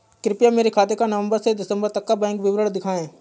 कृपया मेरे खाते का नवम्बर से दिसम्बर तक का बैंक विवरण दिखाएं?